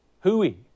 hooey